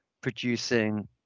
producing